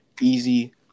easy